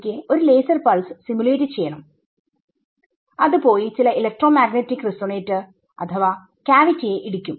എനിക്ക് ഒരു laser pulse simulate ചെയ്യണം അത് പോയി ചില ഇലക്ട്രോമാഗ്നെറ്റിക് റിസോണേറ്റർ അഥവാ കാവിറ്റി യെ ഇടിക്കും